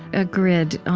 a grid,